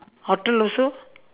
hotel also